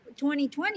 2020